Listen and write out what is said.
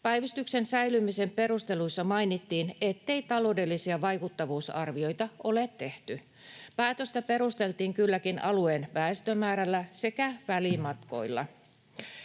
Päivystyksen säilymisen perusteluissa mainittiin, ettei taloudellisia vaikuttavuusarvioita ole tehty. Päätöstä perusteltiin kylläkin alueen väestömäärällä sekä välimatkoilla.